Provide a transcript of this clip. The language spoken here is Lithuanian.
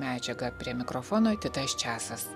medžiagą prie mikrofono titas čiasas